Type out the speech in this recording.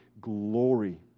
glory